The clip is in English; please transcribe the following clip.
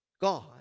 God